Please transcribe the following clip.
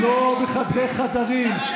מה אתם מפחדים?